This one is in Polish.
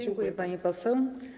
Dziękuję, pani poseł.